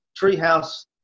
treehouse